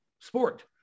sport